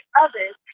others